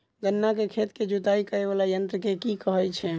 गन्ना केँ खेत केँ जुताई करै वला यंत्र केँ की कहय छै?